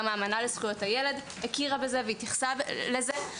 גם האמנה לזכויות הילד הכירה בזה והתייחסה לזה.